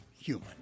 human